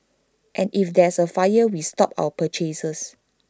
and if there's A fire we stop our purchases